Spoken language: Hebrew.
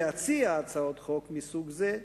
להציע הצעות חוק מסוג זה,